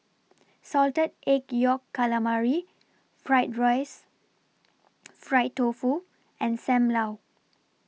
Salted Egg Yolk Calamari Fried Rice Fried Tofu and SAM Lau